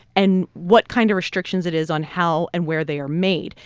and what kind of restrictions it is on how and where they are made.